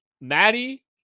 Maddie